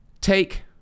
take